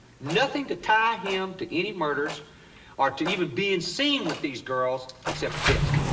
nothing to tie him to any murders or to even being seen with these girls except this,